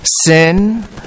Sin